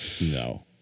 No